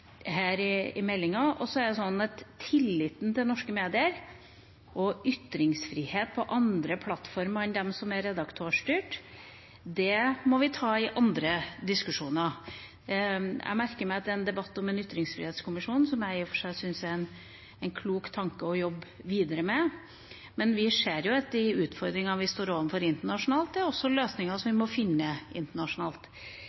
her i meldinga. Så er det sånn at tilliten til norske medier og ytringsfrihet på andre plattformer enn dem som er redaktørstyrt, må vi ta i andre diskusjoner. Jeg merker meg at det er en debatt om en ytringsfrihetskommisjon, som jeg i og for seg syns er en klok tanke å jobbe videre med, men vi ser jo at når det gjelder de utfordringene vi står overfor internasjonalt, må vi også finne løsninger